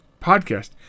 podcast